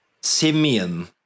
Simeon